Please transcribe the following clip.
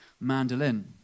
Mandolin